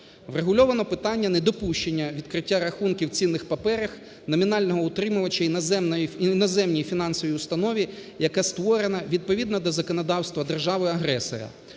Врегульовано питання недопущення відкриття рахунків цінних паперів номінального утримувача в іноземній фінансовій установі, яка створена відповідно до законодавства держави-агресора.